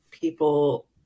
people